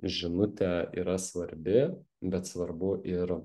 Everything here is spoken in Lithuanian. žinutė yra svarbi bet svarbu ir